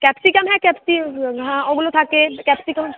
capsicum হ্যাঁ ক্যাপসি হ্যাঁ ওগুলো থাকে ক্যাপসিকাম